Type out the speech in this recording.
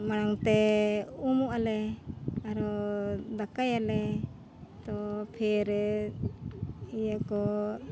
ᱢᱟᱲᱟᱝ ᱛᱮ ᱩᱢᱩᱜ ᱟᱞᱮ ᱟᱨᱚ ᱫᱟᱠᱟᱭᱟᱞᱮ ᱛᱚ ᱯᱷᱤᱨ ᱤᱭᱟᱹ ᱠᱚ